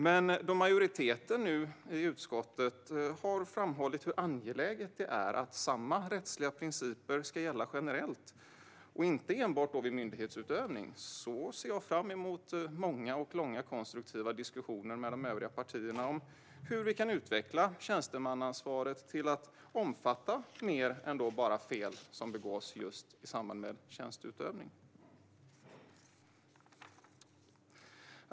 Men då majoriteten i utskottet nu har framhållit hur angeläget det är att samma rättsliga principer ska gälla generellt, inte enbart vid myndighetsutövning, ser jag fram emot många och långa konstruktiva diskussioner med de övriga partierna om hur vi kan utveckla tjänstemannaansvaret till att omfatta mer än bara fel som begås i samband med tjänsteutövning.